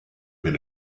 been